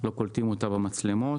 לא קולטים אותה במצלמות.